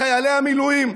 לחיילי המילואים.